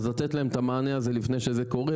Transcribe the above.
אז ניתן להם את המענה הזה לפני שזה קורה